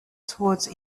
towards